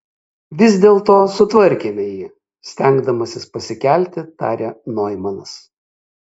vis dėlto sutvarkėme jį stengdamasis pasikelti tarė noimanas